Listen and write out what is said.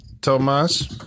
Thomas